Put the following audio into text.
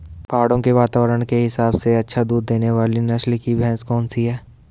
पहाड़ों के वातावरण के हिसाब से अच्छा दूध देने वाली नस्ल की भैंस कौन सी हैं?